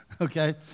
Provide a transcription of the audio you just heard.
Okay